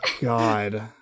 God